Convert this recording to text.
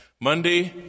Monday